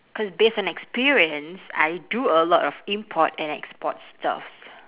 cause based on experience I do a lot of import and export stuffs